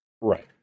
Right